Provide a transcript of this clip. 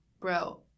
Bro